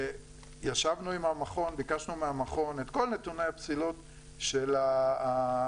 ישבנו עם המכון וביקשנו מהם את כל נתוני הפסילות של המשלוחים